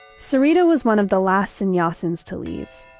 sarita was one of the last sannyasins to leave.